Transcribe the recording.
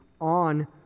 on